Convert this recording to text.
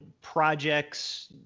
projects